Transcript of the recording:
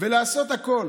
ולעשות הכול